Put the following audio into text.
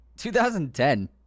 2010